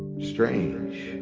strange,